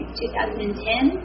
2010